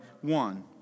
one